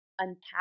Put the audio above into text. unpack